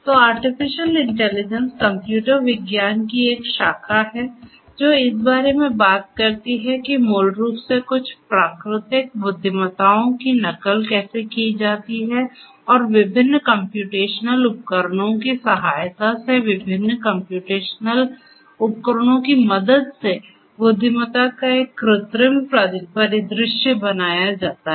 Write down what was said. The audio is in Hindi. तो आर्टिफिशियल इंटेलिजेंस कंप्यूटर विज्ञान की एक शाखा है जो इस बारे में बात करती है कि मूल रूप से कुछ प्राकृतिक बुद्धिमत्ताओं की नकल कैसे की जाती है और विभिन्न कम्प्यूटेशनल उपकरणों की सहायता से विभिन्न कम्प्यूटेशनल उपकरणों की मदद से बुद्धिमत्ता का एक कृत्रिम परिदृश्य बनाया जाता है